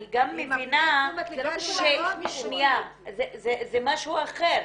אני מבינה שזה משהו אחר.